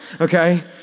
okay